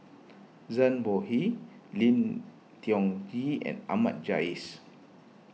Zhang Bohe Lim Tiong Ghee and Ahmad Jais